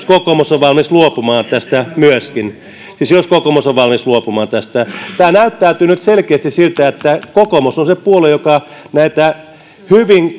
kokoomus on valmis luopumaan tästä siis jos kokoomus on valmis luopumaan tästä niin tämä näyttää nyt selkeästi siltä että kokoomus on se puolue joka näitä hyvin